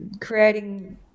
creating